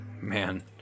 Man